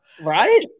Right